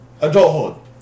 Adulthood